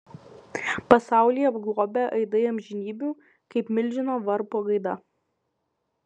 pasaulį apglobę aidai amžinybių kaip milžino varpo gaida